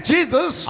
Jesus